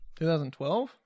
2012